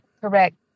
correct